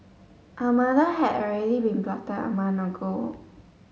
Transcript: a murder had already been plotted a month ago